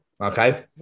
okay